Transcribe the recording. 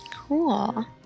cool